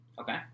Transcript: Okay